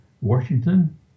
Washington